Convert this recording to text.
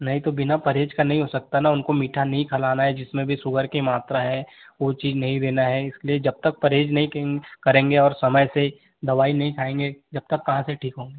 नहीं तो बिना परहेज़ का नहीं हो सकता न उनको मीठा नहीं खलाना है जिसमें भी सुगर की मात्रा है वो चीज़ नहीं देना है इसलिए जब तक परहेज़ नहीं किन करेंगे और समय से दवाई नहीं खाएँगे जब तक कहाँ से ठीक होंगे